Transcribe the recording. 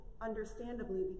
understandably